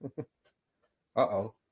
Uh-oh